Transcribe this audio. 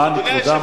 למען כבודם,